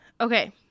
okay